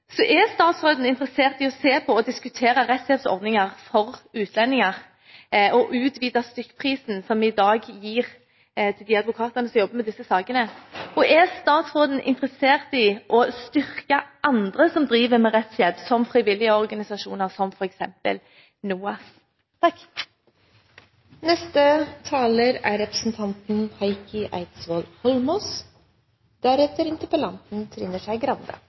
Er statsråden interessert i å se på og diskutere rettshjelpsordninger for utlendinger og å øke stykkprisen som i dag gis til de advokatene som jobber med disse sakene? Og er statsråden interessert i å styrke andre som driver med rettshjelp, f.eks. frivillige organisasjoner som NOAS? La meg begynne med å si takk til interpellanten